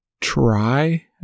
try